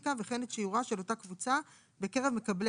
לסטטיסטיקה וכן את שיעורה של אותה קבוצה בקרב מקבלי